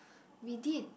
we did